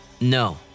No